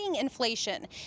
inflation